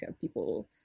people